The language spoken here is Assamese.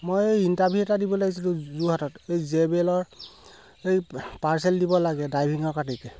মই এই ইণ্টাৰভিউ এটা দিবলৈ আহিছিলোঁ যোৰহাটত এই জে বিলৰ এই পাৰ্চেল দিব লাগে ড্ৰাইভিঙৰ